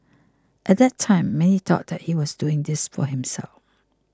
at that time many thought that he was doing this for himself